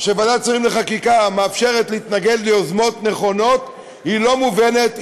שבה ועדת שרים לחקיקה מאפשרת להתנגד ליוזמות נכונות היא לא מובנת,